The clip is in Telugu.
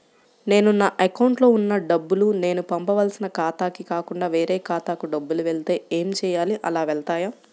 నేను నా అకౌంట్లో వున్న డబ్బులు నేను పంపవలసిన ఖాతాకి కాకుండా వేరే ఖాతాకు డబ్బులు వెళ్తే ఏంచేయాలి? అలా వెళ్తాయా?